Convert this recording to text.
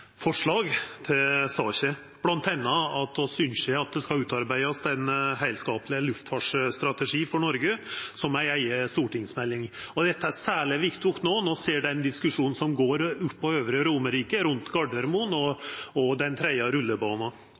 forslag til saka, bl.a. ynskjer vi at det skal utarbeidast ein heilskapleg luftfartsstrategi for Noreg, som ei eiga stortingsmelding. Dette er særleg viktig no når ein ser diskusjonen som går på Øvre Romerike rundt Gardermoen og den tredje rullebana.